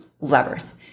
levers